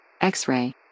X-ray